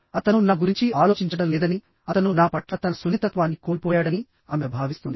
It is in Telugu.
అతను నా గురించి ఆలోచించడం లేదని అతను నా పట్ల తన సున్నితత్వాన్ని కోల్పోయాడని ఆమె భావిస్తుంది